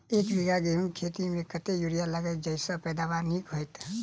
एक बीघा गेंहूँ खेती मे कतेक यूरिया लागतै जयसँ पैदावार नीक हेतइ?